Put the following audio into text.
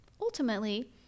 Ultimately